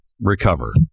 recover